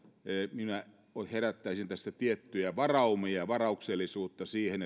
minä herättäisin tässä tiettyjä varaumia varauksellisuutta siihen